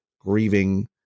grieving